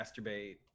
masturbate